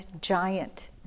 giant